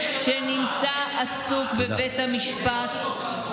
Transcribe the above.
השוחד לא קיים.